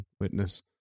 witness